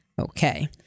Okay